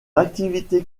activité